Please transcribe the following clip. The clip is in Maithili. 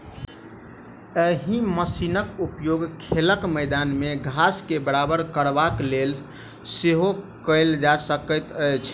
एहि मशीनक उपयोग खेलक मैदान मे घास के बराबर करबाक लेल सेहो कयल जा सकैत अछि